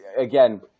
again